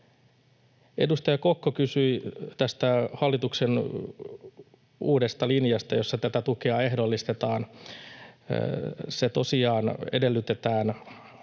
Edustaja Kokko kysyi tästä hallituksen uudesta linjasta, jossa tätä tukea ehdollistetaan. Tosiaan edellytetään